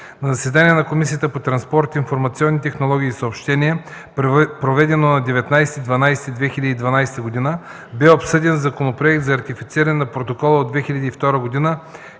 На заседание на Комисията по транспорт, информационни технологии и съобщения, проведено на 19 декември 2012 г. бе обсъден Законопроект за ратифициране на Протокола от 2002 г.